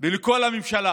ולכל הממשלה: